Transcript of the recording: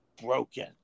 broken